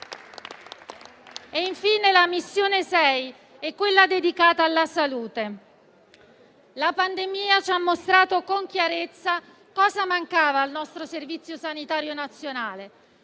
Infine, la missione 6 è quella dedicata alla salute. La pandemia ci ha mostrato con chiarezza cosa mancava al nostro Servizio sanitario nazionale: